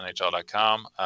NHL.com